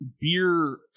beer